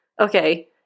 okay